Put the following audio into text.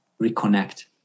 reconnect